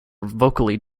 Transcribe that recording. vocally